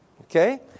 Okay